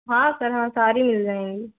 हाँ सर हाँ सारी मिल जाएंगी